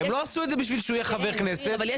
הם לא עשו את זה בשביל שהוא יהיה חבר כנסת אלא הם